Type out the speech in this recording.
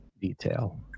detail